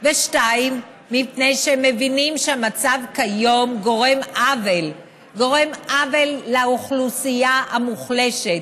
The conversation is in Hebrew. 2. מפני שהם מבינים שהמצב כיום גורם עוול לאוכלוסייה המוחלשת,